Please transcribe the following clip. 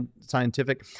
scientific